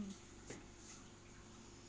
mm